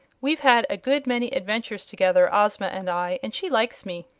we've had a good many adventures together, ozma and i, and she likes me.